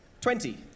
Twenty